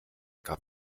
gab